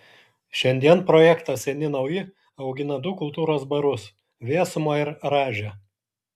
šiandien projektas seni nauji augina du kultūros barus vėsumą ir rąžę